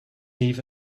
eve